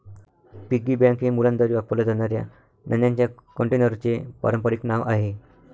piggy bank हे मुलांद्वारे वापरल्या जाणाऱ्या नाण्यांच्या कंटेनरचे पारंपारिक नाव आहे